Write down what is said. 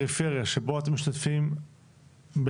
בפריפריה שבו אתם משתתפים במימונו,